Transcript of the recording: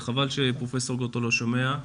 וחבל שפרופ' גרוטו לא שומע.